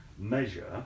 measure